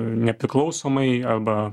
nepriklausomai arba